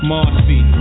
Marcy